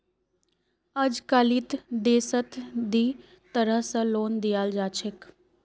अजकालित देशत दी तरह स लोन दियाल जा छेक